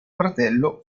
fratello